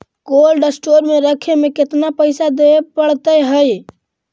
Cold store में रखे में केतना पैसा देवे पड़तै है?